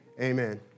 Amen